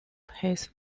his